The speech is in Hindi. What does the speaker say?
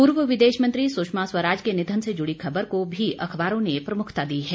पूर्व विदेश मंत्री सुषमा स्वराज के निधन से जुड़ी खबर को भी अखबारों ने प्रमुखता दी है